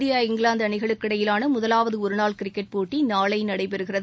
India England அணிகளுக்கு இடையிலான முதலாவது ஒருநாள் கிரிக்கெட் போட்டி நாளை நடைபெறுகிறது